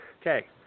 Okay